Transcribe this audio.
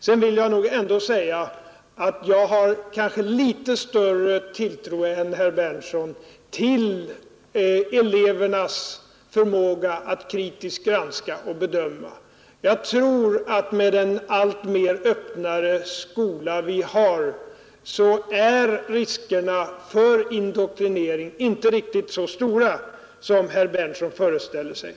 Sedan har jag kanske ändå litet större tilltro än herr Berndtson till elevernas förmaga av kntisk granskning och bedömning. Med den allt öppnare skola vi har tror jag riskerna för indoktrinering inte är riktigt sa stora som herr Berndtson föreställer sig.